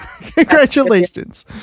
congratulations